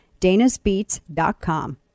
danasbeats.com